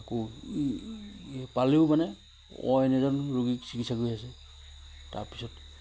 আকৌ পালেও মানে অইন এজন ৰোগীক চিকিৎসা কৰি আছে তাৰপিছত